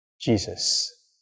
Jesus